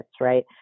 right